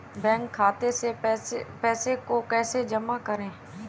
Bank खाते से पैसे को कैसे जमा करें?